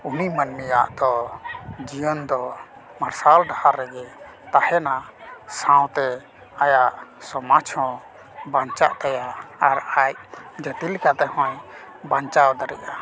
ᱩᱱᱤ ᱢᱟᱱᱢᱤᱭᱟᱜ ᱫᱚ ᱡᱤᱭᱚᱱ ᱫᱚ ᱢᱟᱨᱥᱟᱞ ᱰᱟᱦᱟᱨ ᱨᱮᱜᱮ ᱛᱟᱦᱮᱱᱟ ᱥᱟᱶᱛᱮ ᱟᱭᱟᱜ ᱥᱟᱢᱟᱡᱽ ᱦᱚᱸ ᱵᱟᱧᱪᱟᱜ ᱛᱟᱭᱟ ᱟᱨ ᱟᱡ ᱡᱟᱹᱛᱤ ᱞᱮᱠᱟ ᱛᱮᱦᱚᱸᱭ ᱵᱟᱧᱪᱟᱣ ᱫᱟᱲᱮᱜᱼᱟ